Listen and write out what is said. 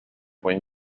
when